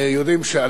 לפחות במשרדנו,